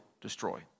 destroy